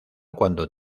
cuando